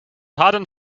hadden